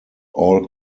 all